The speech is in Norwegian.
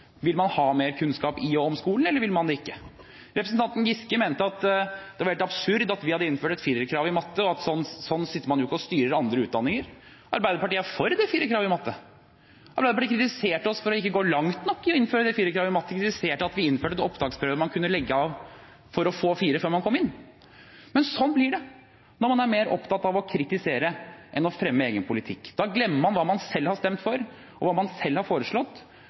Vil man ha mer kunnskap i og om skolen, eller vil man det ikke? Representanten Giske mente at det var helt absurd at vi hadde innført krav om 4 i matte – sånn sitter man ikke og styrer andre utdanninger. Arbeiderpartiet er for kravet om 4 i matte. Arbeiderpartiet kritiserte oss for ikke å gå langt nok i å innføre kravet om 4 i matte, kritiserte at vi innførte en opptaksprøve man kunne avlegge for å få 4 før man kom inn. Men sånn blir det når man er mer opptatt av å kritisere enn av å fremme egen politikk. Da glemmer man hva man selv har stemt for, og hva man selv har foreslått,